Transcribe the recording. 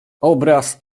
obraz